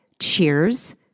cheers